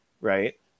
right